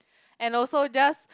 and also just